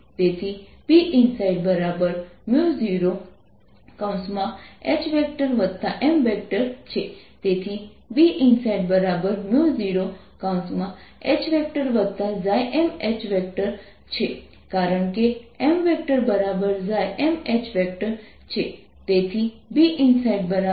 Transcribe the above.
તેથી Binside0HMછે તેથી Binside0HMH છે કારણ કે MχMH છે